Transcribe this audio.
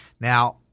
Now